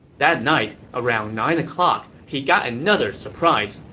that night, around nine o'clock, he got another surprise.